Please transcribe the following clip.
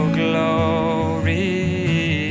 glory